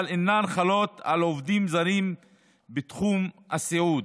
אינן חלות על עובדים זרים בתחום הסיעוד,